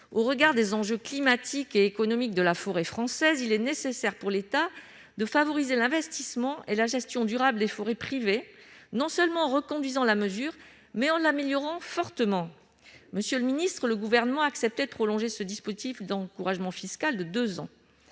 Au regard des enjeux climatiques et économiques pour la forêt française, il est nécessaire que l'État favorise l'investissement et la gestion durable des forêts privées, non seulement en reconduisant la mesure, mais en l'améliorant fortement. Monsieur le ministre, le Gouvernement a accepté de prolonger de deux ans ce dispositif d'encouragement fiscal. Or, dans